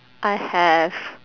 I have